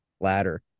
ladder